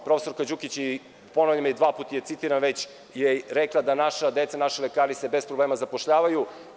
Profesorka Đukić, ponavljam i dva puta je citiram već, je rekla da naša deca, naši lekari se bez problema zapošljavaju.